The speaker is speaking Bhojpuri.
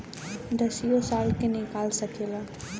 दसियो साल के निकाल सकेला